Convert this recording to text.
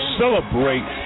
celebrate